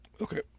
Okay